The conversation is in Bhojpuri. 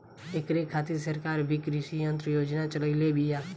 ऐकरे खातिर सरकार भी कृषी यंत्र योजना चलइले बिया